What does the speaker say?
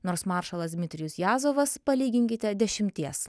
nors maršalas dimitrijus jazovas palyginkite dešimties